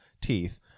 teeth